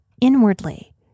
inwardly